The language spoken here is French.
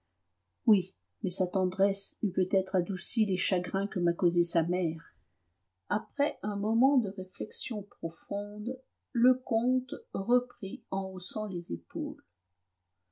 oui mais sa tendresse eût peut-être adouci les chagrins que m'a causés sa mère après un moment de réflexion profonde le comte reprit en haussant les épaules